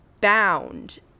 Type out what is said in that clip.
bound